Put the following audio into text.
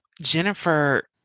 Jennifer